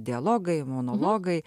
dialogai monologai